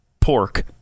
pork